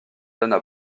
donnent